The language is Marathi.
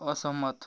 असहमत